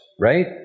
right